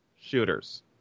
shooters